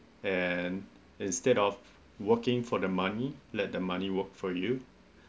and instead of working for the money let the money work for you